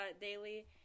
daily